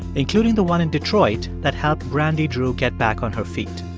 including the one in detroit that helped brandy drew get back on her feet.